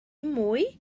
mwy